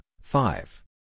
five